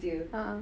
ah ah